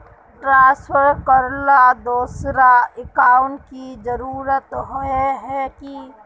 Transfer करेला दोसर account की जरुरत होय है की?